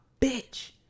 bitch